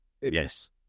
Yes